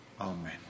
Amen